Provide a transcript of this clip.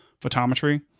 photometry